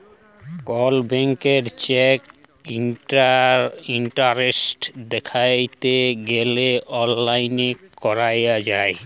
call ব্যাংকের check status দ্যাইখতে গ্যালে অললাইল ক্যরা যায়